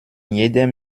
jedem